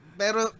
pero